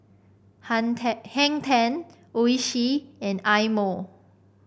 Han Ten Hang Ten Oishi and Eye Mo